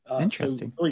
Interesting